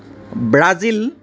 Brazil